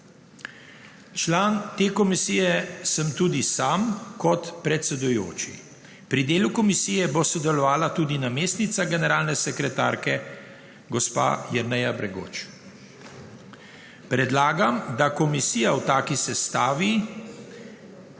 Član te komisije sem tudi sam kot predsedujoči. Pri delu komisije bo sodelovala tudi namestnica generalne sekretarke gospa Jerneja Bergoč. Predlagam, da komisija v taki sestavi